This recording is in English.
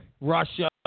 Russia